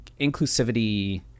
inclusivity